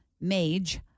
Mage